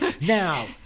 Now